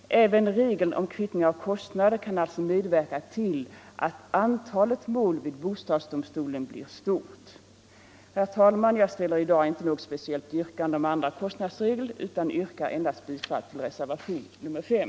Även regeln om kvittning av kostnader kan alltså medverka till att antalet mål vid bostadsdomstolen blir stort. Fru talman! Jag ställer i dag inte något speciellt yrkande om andra kostnadsregler, utan yrkar endast bifall till reservationen 5.